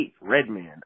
Redman